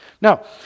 Now